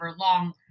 long